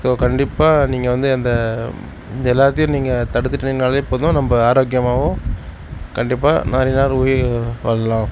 so கண்டிப்பாக நீங்கள் வந்து அந்த எல்லாத்தேயும் நீங்கள் தடுத்துட்டு நின்றாலே போதும் நம்ம ஆரோக்கியமாகவும் கண்டிப்பாக நிறைய நாள் உயிர் வாழலாம்